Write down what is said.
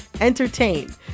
entertain